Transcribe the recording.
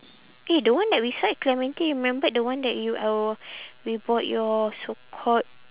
eh the one that we saw at clementi remembered the one that you our we bought your so called